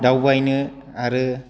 दावबायनो आरो